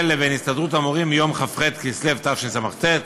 לבין הסתדרות המורים ביום כ"ח בכסלו תשס"ט,